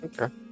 Okay